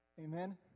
Amen